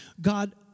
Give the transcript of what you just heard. God